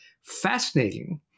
fascinating